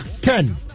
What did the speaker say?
Ten